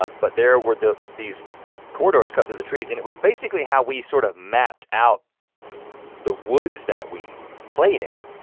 ah but there were these corridors cut through the trees, and it was basically how we sort of mapped out the woods that we played in,